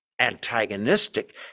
Antagonistic